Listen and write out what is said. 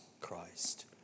Christ